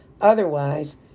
Otherwise